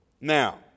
Now